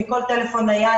מכל טלפון נייד,